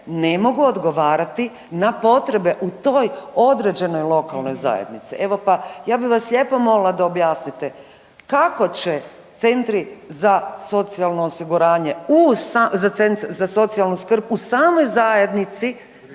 ne mogu odgovarati na potrebe u toj određenoj lokalnoj zajednici. Evo pa ja bih vas lijepo molila da objasnite kako će centri za socijalnu skrb u samoj zajednici